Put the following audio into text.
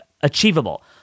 achievable